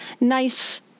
nice